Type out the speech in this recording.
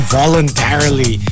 voluntarily